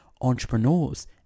entrepreneurs